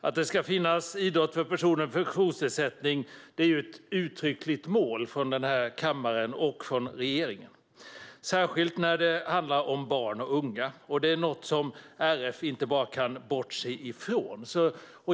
Att det ska finnas idrott för personer med funktionsnedsättning är ett uttryckligt mål från denna kammare och från regeringen, särskilt när det handlar om barn och unga. Det är något som RF inte bara kan bortse från.